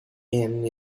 and